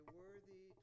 worthy